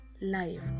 life